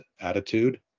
attitude